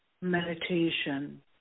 meditation